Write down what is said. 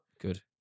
Good